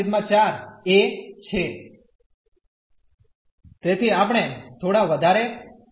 તેથીઆપણે થોડા વધારે સમસ્યા ને ધ્યાન મા લઈશું